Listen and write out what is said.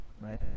right